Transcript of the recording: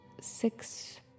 six